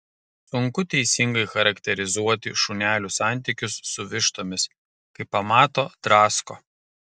sunku teisingai charakterizuoti šunelių santykius su vištomis kai pamato drasko